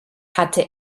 hatte